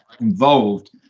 involved